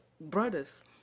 brothers